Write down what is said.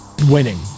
winning